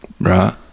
Right